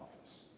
office